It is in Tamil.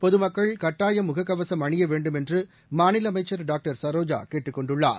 பொதுமக்கள் கட்டாயம் முகக்கவசம் அணிய வேண்டும் என்று மாநில அமைச்சர் டாக்டர் சரோஜா கேட்டுக் கொண்டுள்ளார்